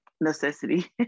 necessity